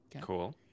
Cool